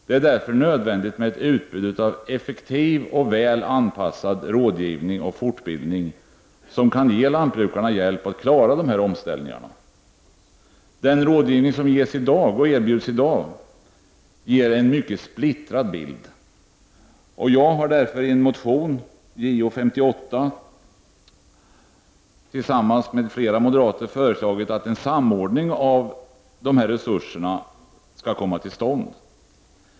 Det är därför nödvändigt med ett utbud av effektiv och väl anpassad rådgivning och fortbildning, som kan ge lantbrukare hjälp att klara dessa omställningar. Den rådgivning som erbjuds i dag ger en mycket splittrad bild, och jag har därför i en motion, Jo58, tillsammans med andra moderater framhållit att en samordning av resurserna på detta område bör komma till stånd.